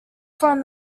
from